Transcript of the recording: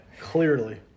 Clearly